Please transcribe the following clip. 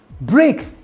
Break